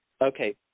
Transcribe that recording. Okay